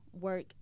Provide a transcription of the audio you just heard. work